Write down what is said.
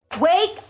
Wake